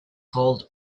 called